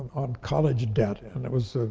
on college debt, and it was,